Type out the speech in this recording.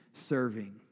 serving